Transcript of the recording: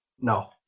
No